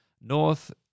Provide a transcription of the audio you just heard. North